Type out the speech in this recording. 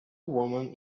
woman